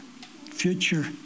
future